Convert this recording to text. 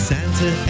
Santa